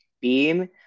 beam